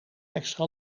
extra